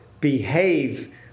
behave